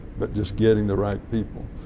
but just getting the right people.